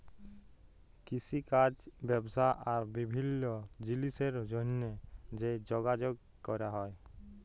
কিষিকাজ ব্যবসা আর বিভিল্ল্য জিলিসের জ্যনহে যে যগাযগ ক্যরা হ্যয়